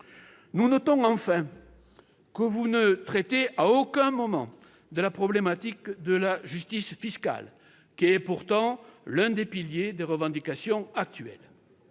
Nous notons enfin que vous ne traitez à aucun moment de la problématique de la justice fiscale, qui est pourtant l'un des piliers des revendications actuelles.